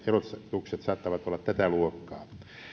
erotukset saattavat olla tätä luokkaa